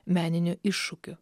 meniniu iššūkiu